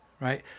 right